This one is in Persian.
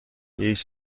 هیچ